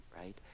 right